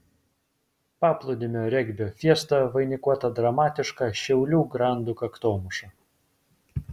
paplūdimio regbio fiesta vainikuota dramatiška šiaulių grandų kaktomuša